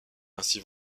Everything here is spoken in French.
ainsi